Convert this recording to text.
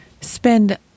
spend